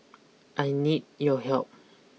I need your help